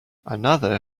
another